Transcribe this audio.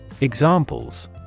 Examples